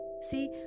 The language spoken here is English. See